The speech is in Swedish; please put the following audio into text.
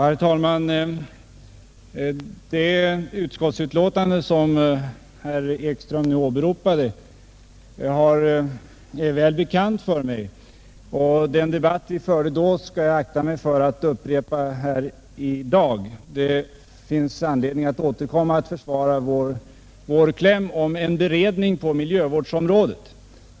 Herr talman! Det utskottsutlåtande som herr Ekström nu åberopade är väl bekant för mig, och den debatt vi förde med anledning av utlåtandet skall vi väl akta oss för att upprepa här. Det finns anledning att återkomma till att försvara vår kläm i motionsparet om en beredning på miljövårdsområdet.